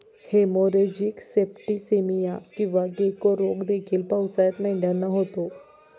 haemorrhagic septicaemia किंवा गेको रोग देखील पावसाळ्यात मेंढ्यांना होतो